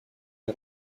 les